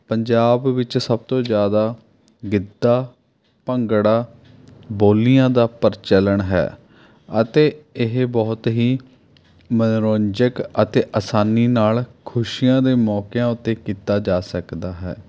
ਪੰਜਾਬ ਵਿੱਚ ਸਭ ਤੋਂ ਜ਼ਿਆਦਾ ਗਿੱਧਾ ਭੰਗੜਾ ਬੋਲੀਆਂ ਦਾ ਪ੍ਰਚਲਣ ਹੈ ਅਤੇ ਇਹ ਬਹੁਤ ਹੀ ਮਨੋਰੰਜਕ ਅਤੇ ਆਸਾਨੀ ਨਾਲ਼ ਖੁਸ਼ੀਆਂ ਦੇ ਮੌਕਿਆਂ ਉੱਤੇ ਕੀਤਾ ਜਾ ਸਕਦਾ ਹੈ